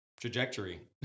trajectory